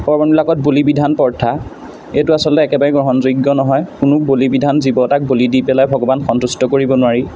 পাৰ্বণবিলাকত বলি বিধান প্ৰথা এইটো আচলতে একেবাৰে গ্ৰহণযোগ্য নহয় কোনো বলি বিধান জীৱ এটাক বলি দি পেলাই ভগৱান সন্তুষ্ট কৰিব নোৱাৰি